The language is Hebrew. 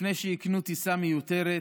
לפני שיקנו טיסה מיותרת